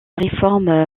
réforme